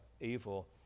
evil